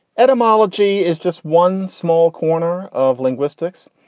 etymology is just one small corner. of linguistics.